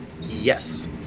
yes